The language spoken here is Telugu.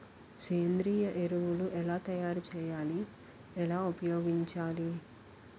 సేంద్రీయ ఎరువులు ఎలా తయారు చేయాలి? ఎలా ఉపయోగించాలీ?